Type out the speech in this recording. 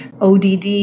ODD